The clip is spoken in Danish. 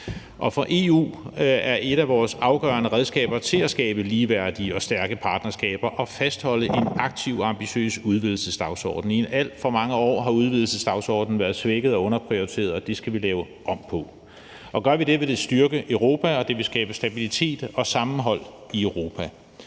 for EU er et af vores afgørende redskaber til at skabe ligeværdige og stærke partnerskaber at fastholde en aktiv og ambitiøs udvidelsesdagsorden. I alt for mange år har udvidelsesdagsordenen været svækket og underprioriteret, og det skal vi lave om på. Gør vi det, vil det styrke Europa, og det vil skabe stabilitet og sammenhold i Europa.